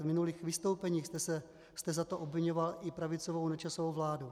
V minulých vystoupeních jste za to obviňoval i pravicovou Nečasovu vládu.